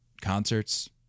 Concerts